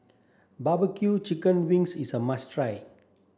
barbeque chicken wings is a must try